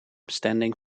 standing